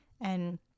And-